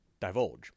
divulge